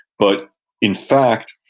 but in fact,